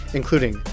including